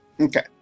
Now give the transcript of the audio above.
Okay